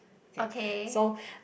okay